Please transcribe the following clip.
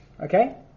Okay